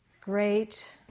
great